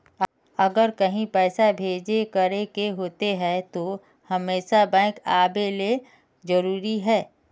अगर कहीं पैसा भेजे करे के होते है तो हमेशा बैंक आबेले जरूरी है?